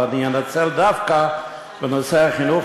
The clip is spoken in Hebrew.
ואני אנצל את הזמן דווקא בנושא החינוך,